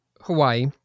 Hawaii